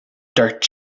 dúirt